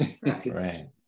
right